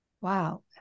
Wow